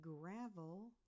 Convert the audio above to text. Gravel